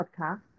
podcast